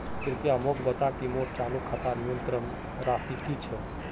कृपया मोक बता कि मोर चालू खातार न्यूनतम राशि की छे